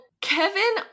Kevin